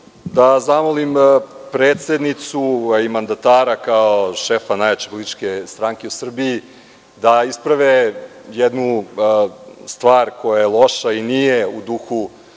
da zamolim predsednicu, a i mandatara, kao šefa najjače političke stranke u Srbiji, da isprave jednu stvar koja je loša i nije u duhu